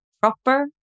proper